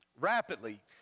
rapidly